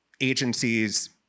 agencies